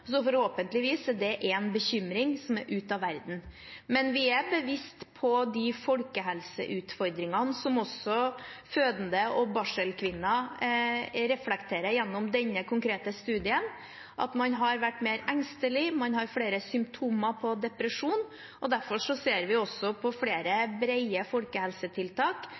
så forhåpentligvis er det en bekymring som er ute av verden. Vi er bevisst de folkehelseutfordringene som fødende og barselkvinner reflekterer gjennom denne konkrete studien. Man har vært mer engstelig, man har flere symptomer på depresjon, og derfor ser vi på flere brede folkehelsetiltak